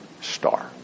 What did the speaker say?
star